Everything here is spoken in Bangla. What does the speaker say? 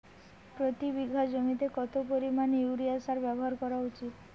প্রতি বিঘা জমিতে কত পরিমাণ ইউরিয়া সার ব্যবহার করা উচিৎ?